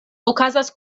okazas